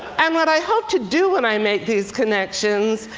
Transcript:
and what i hope to do, when i make these connections,